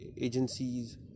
agencies